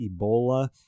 Ebola